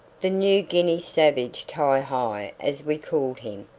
the new guinea savage ti-hi as we called him,